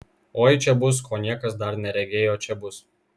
oi čia bus ko niekas dar neregėjo čia bus